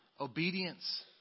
Obedience